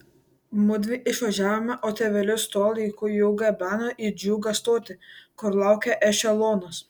mudvi išvažiavome o tėvelius tuo laiku jau gabeno į džiugą stotį kur laukė ešelonas